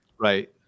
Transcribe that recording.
Right